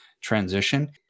transition